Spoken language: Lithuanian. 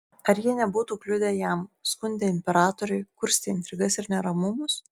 ar jie nebūtų kliudę jam skundę imperatoriui kurstę intrigas ir neramumus